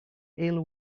ill